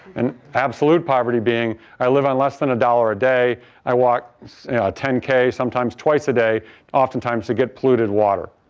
and, absolute poverty being i live on less than a dollar a day i walk ten k, sometimes twice a day oftentimes i get polluted water.